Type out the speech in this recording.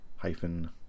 hyphen